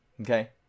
okay